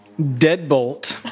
Deadbolt